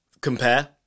Compare